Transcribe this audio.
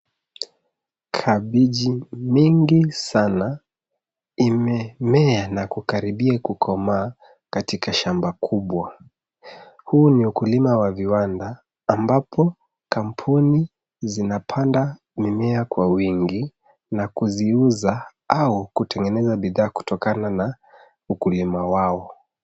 Kabichi mingi sana imemea na kukaribia kukomaa katika shamba kubwa. Huu ni ukulima wa viwanda ambapo kampuni zinapanda mimea kwa wingi na kuziuza au kutengeneza bidhaa kutokana na ukulima wao.